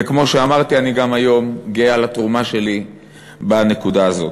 וכמו שאמרתי אני גם היום גאה על התרומה שלי בנקודה הזאת.